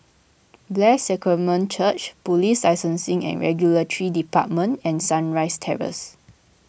Blessed Sacrament Church Police Licensing and Regulatory Department and Sunrise Terrace